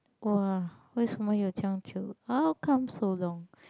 !wah! 为什么有长久：wei shen me you chang jiu how come so long